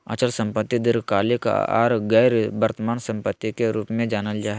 अचल संपत्ति दीर्घकालिक आर गैर वर्तमान सम्पत्ति के रूप मे जानल जा हय